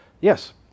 Yes